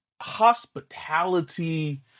hospitality